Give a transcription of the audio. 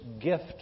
gift